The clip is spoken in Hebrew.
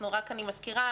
רק אני מזכירה,